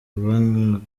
nkareba